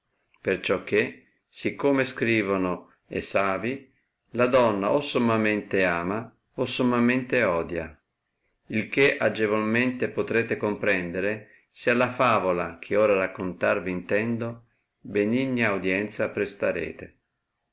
perciò che si come scrivono e savi la donna o sommamente ama o sommamente odia il che agevolmente potrete comprendere se alla favola che ora raccontar v'intendo benigna audienza prestarete